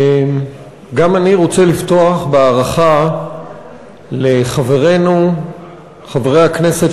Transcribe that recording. גם אני רוצה לפתוח בהערכה לחברינו חברי הכנסת